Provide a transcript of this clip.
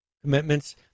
commitments